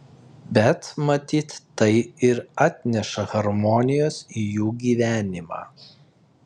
bet matyt tai ir atneša harmonijos į jų gyvenimą